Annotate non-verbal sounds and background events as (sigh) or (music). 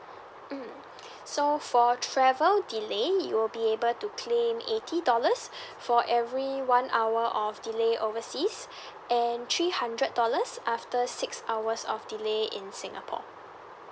mm (breath) so for travel delay you will be able to claim eighty dollars (breath) for every one hour of delay overseas (breath) and three hundred dollars after six hours of delay in singapore